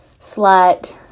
slut